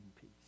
peace